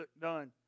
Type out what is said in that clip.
done